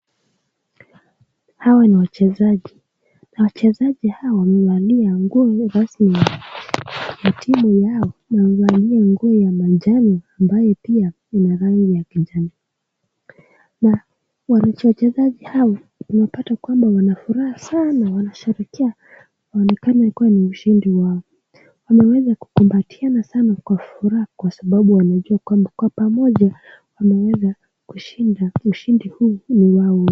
Hawa ni wachezaji. Na wachezaji hawa wamevalia nguo rasmi ya timu yao. Wamevalia nguo ya manjano ambayo pia ina rangi ya kijani. Na wachezaji hawa tunapata kwamba wana furaha sana, wanasherekea, inaonekana ya kuwa ni ushindi wao. Wameweza kukumbatiana sana kwa furaha kwa sababu wanajua kwamba wakiwa pamoja wameweza kushinda, ushindi huu ni wao.